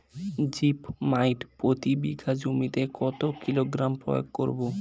Zip মাইট প্রতি বিঘা জমিতে কত কিলোগ্রাম প্রয়োগ করব?